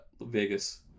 Vegas